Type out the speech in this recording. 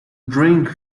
drink